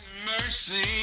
mercy